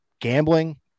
gambling